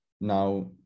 Now